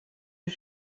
nos